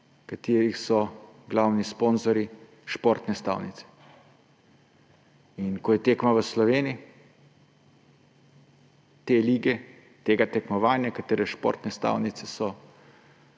katerih glavni sponzorji so športne stavnice. In ko je tekma v Sloveniji, te lige, tega tekmovanja, katerega sponzorji so